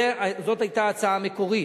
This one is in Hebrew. זאת היתה ההצעה המקורית.